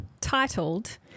titled